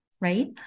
right